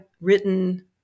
written